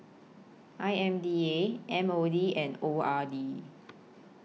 I M D A M O D and O R D